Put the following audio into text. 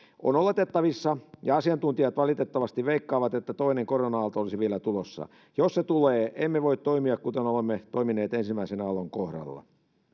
on oletettavissa ja asiantuntijat valitettavasti veikkaavat että toinen korona aalto olisi vielä tulossa jos se tulee emme voi toimia kuten olemme toimineet ensimmäisen aallon kohdalla